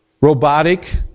Robotic